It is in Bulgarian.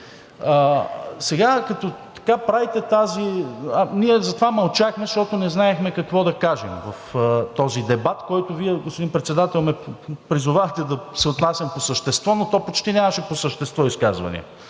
и нещо друго. Ние затова мълчахме, защото не знаехме какво да кажем в този дебат, в който Вие, господин Председател, ме призовахте да се отнасям по същество, но то почти нямаше по същество изказвания